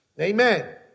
Amen